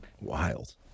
Wild